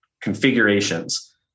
configurations